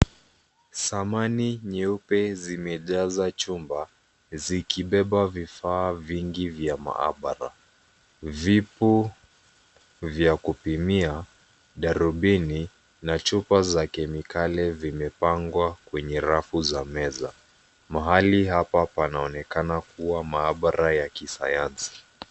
Samani nyeupe zimejaza chumba zikibeba vifaa vingi vya maabara. Vipo vya kupimia, darubini na chupa za kemikali vimepangwa kwenye rafu za meza. Mahali hapa panaonekana kuwa maabara ya Kisayansi.